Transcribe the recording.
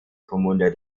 kommune